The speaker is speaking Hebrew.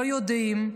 לא יודעים,